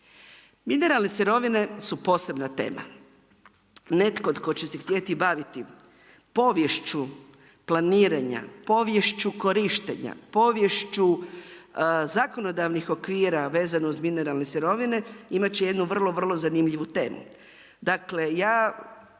Mineralne sirovine su posebna tema. Netko tko će se htjeti baviti poviješću planiranja, poviješću korištenja, poviješću zakonodavnih okvira vezano uz mineralne sirovine imat će jednu vrlo, vrlo zanimljivu temu. Dakle, ja